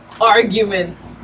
arguments